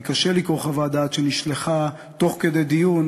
כי קשה לקרוא חוות דעת שנשלחה תוך כדי דיון.